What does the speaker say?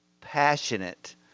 passionate